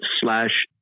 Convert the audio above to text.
slash